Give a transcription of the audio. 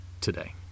today